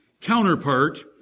counterpart